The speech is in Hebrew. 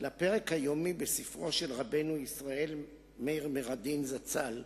לפרק היומי בספרו של רבנו ישראל מאיר מראדין זצ"ל,